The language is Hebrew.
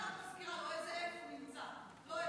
מזכירה לו באיזה F הוא נמצא, לא F-16,